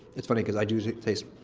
it's funny because i do taste